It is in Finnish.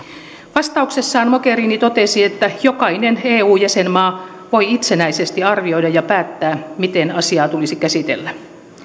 vastauksessaan mogherini totesi että jokainen eu jäsenmaa voi itsenäisesti arvioida ja päättää miten asiaa tulisi käsitellä